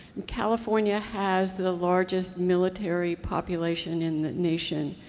california has the largest military population in the nation,